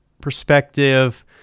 perspective